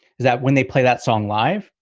is that when they play that song live,